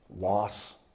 loss